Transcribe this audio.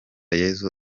yesu